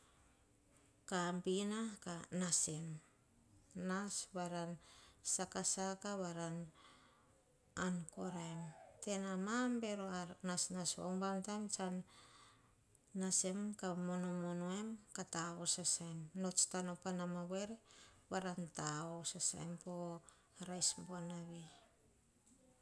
Kabina kah nas en, nas varan sakasaka varan an koraem. Tena mam bero ar nasnas ubam taim nas em kah mono em kah tavo sasaem, nots tano pama ma woere varan ta-o sasaem po rice buanavi